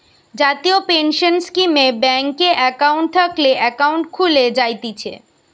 জাতীয় পেনসন স্কীমে ব্যাংকে একাউন্ট থাকলে একাউন্ট খুলে জায়তিছে